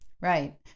Right